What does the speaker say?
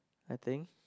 I think